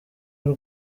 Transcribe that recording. y’u